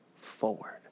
forward